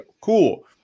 Cool